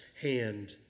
hand